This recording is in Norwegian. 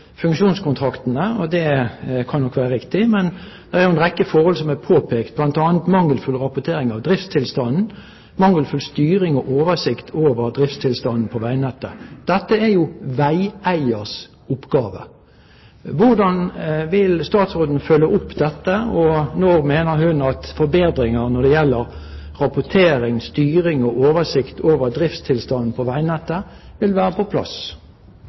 funksjonskontraktene – det kan nok være riktig. Men det er påpekt en rekke forhold, bl.a. mangelfull rapportering av driftstilstanden, mangelfull styring og oversikt over driftstilstanden på veinettet. Dette er veieiers oppgave. Hvordan vil statsråden følge opp dette? Og når mener hun at forbedringer når det gjelder rapportering, styring og oversikt over driftstilstanden på veinettet, vil være på plass?